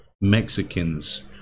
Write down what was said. Mexicans